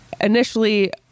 initially